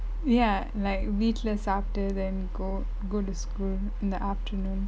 ya like வீட்ல சாப்டு:veetle saaptu then go go to school in the afternoon